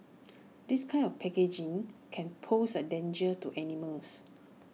this kind of packaging can pose A danger to animals